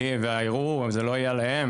והערעור לא יהיה עליהם,